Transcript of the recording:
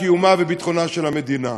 קיומה וביטחונה של המדינה.